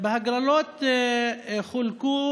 בהגרלות חולקו